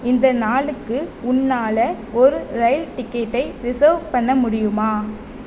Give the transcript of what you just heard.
இந்த நாளுக்கு உன்னால் ஒரு ரயில் டிக்கெட்டை ரிசர்வ் பண்ண முடியுமா